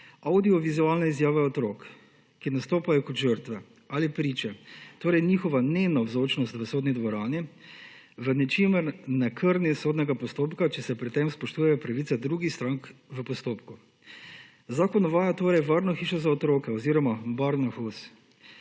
Avdiovizualne izjave otrok, ki nastopajo kot žrtve ali priče, torej njihova nenavzočnosti v sodni dvorani, v ničemer ne krnijo sodnega postopka, če se pri tem spoštujejo pravice drugih strank v postopku. Zakon navaja torej varno hišo za otroke oziroma Barnahus,